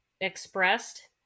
expressed